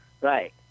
Right